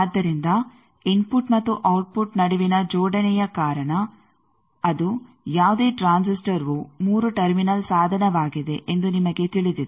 ಆದ್ದರಿಂದ ಇನ್ಫುಟ್ ಮತ್ತು ಔಟ್ಪುಟ್ ನಡುವಿನ ಜೋಡಣೆಯ ಕಾರಣ ಅದು ಯಾವುದೇ ಟ್ರಾನ್ಸಿಸ್ಟರ್ವು 3 ಟರ್ಮಿನಲ್ ಸಾಧನವಾಗಿದೆ ಎಂದು ನಿಮಗೆ ತಿಳಿದಿದೆ